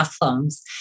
problems